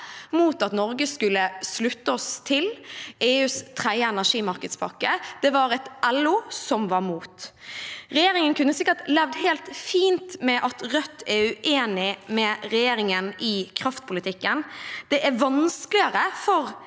mot at Norge skulle slutte seg til EUs tredje energimarkedspakke. Det var et LO som var mot. Regjeringen kunne sikkert levd helt fint med at Rødt er uenig med regjeringen i kraftpolitikken. Det er vanskeligere for